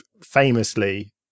famously